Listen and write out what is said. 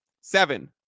Seven